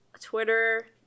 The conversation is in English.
twitter